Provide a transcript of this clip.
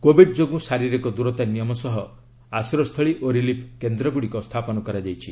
Covid ଯୋଗୁଁ ଶାରିରୀକ ଦୂରତା ନିୟମ ସହ ଆଶ୍ରୟସ୍ଥଳୀ ଓ ରିଲିଫ କେନ୍ଦ୍ରଗୁଡ଼ିକ ସ୍ଥାପନ କରାଯାଇଛି